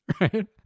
right